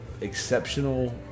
exceptional